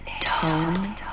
Tone